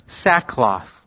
sackcloth